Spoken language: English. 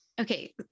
Okay